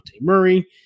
Murray